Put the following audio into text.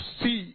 see